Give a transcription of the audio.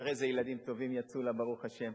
תראה איזה ילדים טובים יצאו לה, ברוך השם,